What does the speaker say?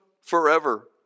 forever